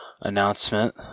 announcement